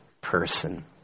person